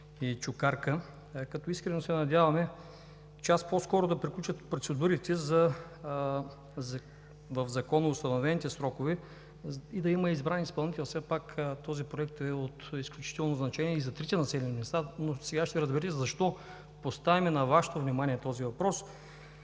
и Чукарка, като искрено се надяваме час по-скоро да приключат процедурите в законоустановените срокове и да има избран изпълнител – все пак този проект е от изключително значение и за трите населени места. Сега ще разберете защо поставяме на Вашето внимание този въпрос: